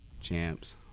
champs